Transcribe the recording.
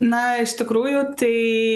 na iš tikrųjų tai